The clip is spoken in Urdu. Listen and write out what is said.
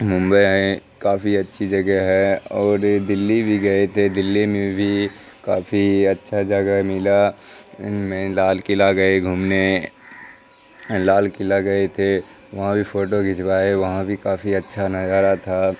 ممبئی ہیں کافی اچھی جگہ ہے اور دلی بھی گئے تھے دلی میں بھی کافی اچھا جگہ ملا ان میں لال قلعہ گئے گھومنے لال قلعہ گئے تھے وہاں بھی فوٹو کھنچوائے وہاں بھی کافی اچھا نظارہ تھا